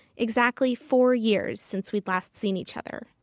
exactly four years since we'd last seen each other.